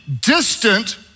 distant